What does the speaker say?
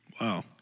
Wow